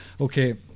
Okay